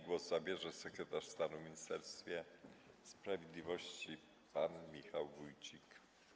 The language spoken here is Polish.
Głos zabierze sekretarz stanu w Ministerstwie Sprawiedliwości pan Michał Wójcik.